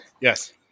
Yes